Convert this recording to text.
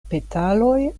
petaloj